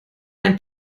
mein